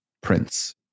Prince